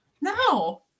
no